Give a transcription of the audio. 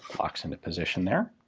locks into position there.